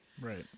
right